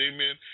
Amen